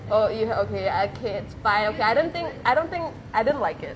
oh you hea~ okay I kid it's vile I don't think I don't think I didn't like it